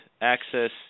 access